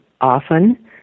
often